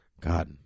God